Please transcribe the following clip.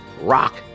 rock